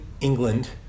England